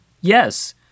Yes